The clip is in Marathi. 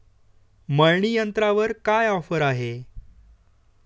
मळणी यंत्रावर काय ऑफर आहे?